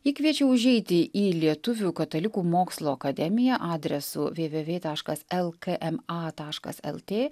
ji kviečia užeiti į lietuvių katalikų mokslo akademiją adresu vė vė vė taškas lkma taškas lt